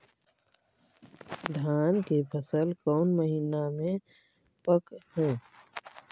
धान के फसल कौन महिना मे पक हैं?